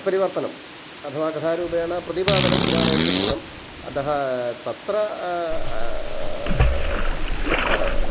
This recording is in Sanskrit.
परिवर्तनम् अथवा कथारूपेण प्रतिपादनं पुराणेषु कृतम् अतः तत्र